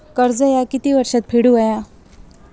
कर्ज ह्या किती वर्षात फेडून हव्या?